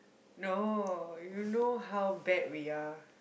no you know how bad we are